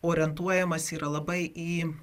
orientuojamasi yra labai į